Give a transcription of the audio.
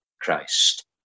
Christ